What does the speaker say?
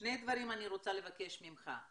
שני דברים אני רוצה לבקש ממך,